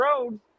Road